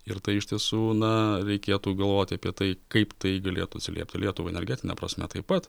ir tai iš tiesų na reikėtų galvot apie tai kaip tai galėtų atsiliepti lietuvai energetine prasme taip pat